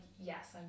yes